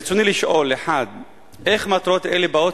ברצוני לשאול: 1. איך מטרות אלה באות